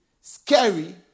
scary